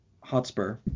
Hotspur